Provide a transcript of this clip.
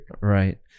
Right